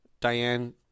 Diane